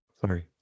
Sorry